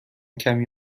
کمی